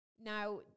Now